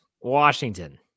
Washington